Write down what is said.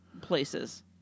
places